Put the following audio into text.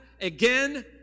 again